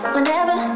Whenever